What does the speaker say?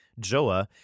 Joah